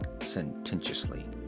sententiously